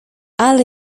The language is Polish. ale